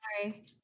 Sorry